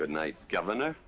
good night governor